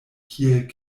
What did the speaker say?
kiel